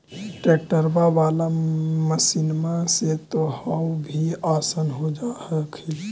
ट्रैक्टरबा बाला मसिन्मा से तो औ भी आसन हो जा हखिन?